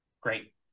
Great